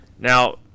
Now